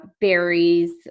berries